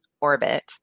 orbit